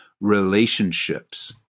relationships